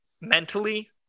mentally